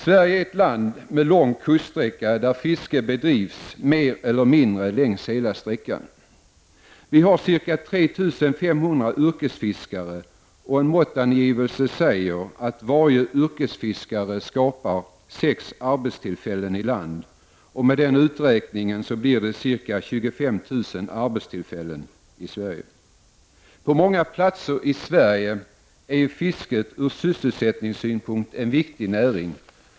Sverige är ett land med lång kuststräcka, och fiske bedrivs mer eller mindre längs hela sträckan. Vi har ca 3 500 yrkesfiskare, och en måttangivelse säger att varje yrkesfiskare skapar sex arbetstillfällen i land. Med den uträkningen blir det fråga om ca 25 000 arbetstillfällen i Sverige. På många platser i Sverige är fisket från sysselsättningssynpunkt en viktig näring.